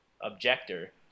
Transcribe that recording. objector